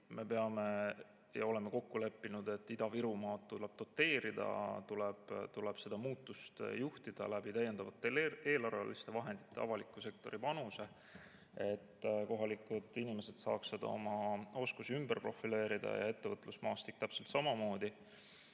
me oleme kokku leppinud, et Ida-Virumaad tuleb doteerida, tuleb seda muutust juhtida täiendavate eelarvevahendite ja avaliku sektori panusega, et kohalikud inimesed saaksid oma oskusi ümber profileerida, ettevõtlusmaastik täpselt samamoodi.